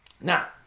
Now